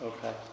Okay